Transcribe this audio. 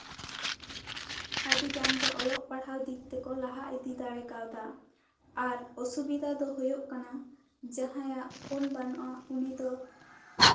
ᱟᱹᱰᱤᱜᱟᱱ ᱜᱮ ᱚᱞᱚᱜ ᱯᱟᱲᱦᱟᱜ ᱫᱤᱠ ᱛᱮᱠᱚ ᱞᱟᱦᱟ ᱤᱫᱤ ᱫᱟᱲᱮ ᱠᱟᱣᱫᱟ ᱟᱨ ᱚᱥᱩᱵᱤᱫᱷᱟ ᱫᱚ ᱦᱩᱭᱩᱜ ᱠᱟᱱᱟ ᱡᱟᱦᱟᱸᱭᱟᱜ ᱯᱷᱳᱱ ᱵᱟᱱᱩᱜᱼᱟ ᱩᱱᱤ ᱫᱚ